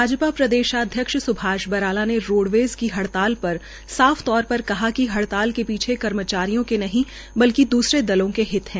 भाजपा प्रदेशाध्यक्ष सुभाष बराला ने रोडवेज़ की हड़ताल पर साफ तौर पर कहा कि हड़ताल के पीछे कर्मचारी के नहीं बल्कि दूसरे दलों के हित है